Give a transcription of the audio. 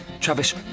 Travis